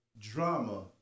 drama